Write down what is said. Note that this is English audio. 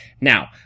Now